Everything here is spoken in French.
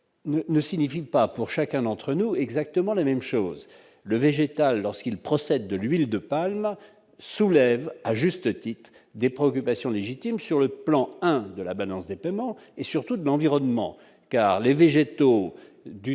ne signifie pas pour chacun d'entre nous, exactement la même chose, le végétal lorsqu'il procède de l'huile de palme soulève à juste titre des préoccupations légitimes sur le plan, hein, de la balance des paiements et surtout de l'environnement car les végétaux du